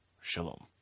Shalom